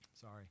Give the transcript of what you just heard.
Sorry